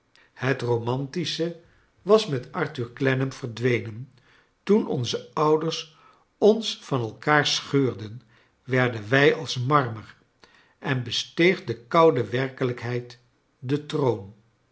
bet romantiscbe was met arthur clennam verdwenen toen onze ouders ons van elkaar scheurden werden wij als mariner en besteeg de koude werkelijkheid den troon